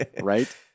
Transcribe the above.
right